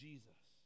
Jesus